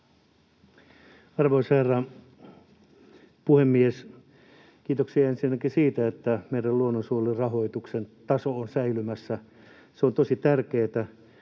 Arvoisa herra puhemies! Kiitoksia ensinnäkin siitä, että meidän luonnonsuojelurahoituksemme taso on säilymässä. Se on tosi tärkeätä,